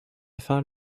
thought